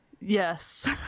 Yes